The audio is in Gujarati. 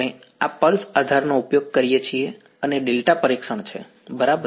અમે આ પલ્સ આધારનો ઉપયોગ કરીએ છીએ અને ડેલ્ટા પરીક્ષણ છે બરાબર